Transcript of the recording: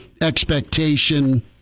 expectation